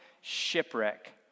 shipwreck